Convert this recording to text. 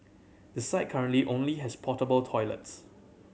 the site currently only has portable toilets